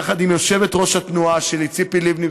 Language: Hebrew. יחד עם יושבת-ראש התנועה שלי ציפי בני,